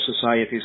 societies